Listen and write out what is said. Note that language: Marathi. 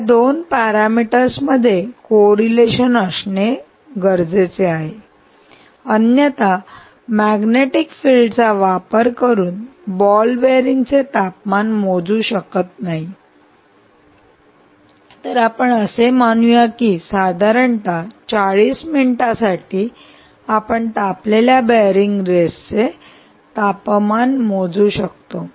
या दोन पॅरामीटर्स मध्ये कोरिलेशन असणे गरजेचे आहे अन्यथा मॅग्नेटिक फील्डचा वापर करून बॉल बेअरिंग चे तापमान मोजू शकत नाही तर आपण असे मानूया की साधारणता चाळीस मिनिटासाठी आपण तापलेल्या बेअरिंग रेस चे तापमान मोजू शकतो